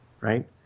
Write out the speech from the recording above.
right